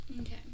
Okay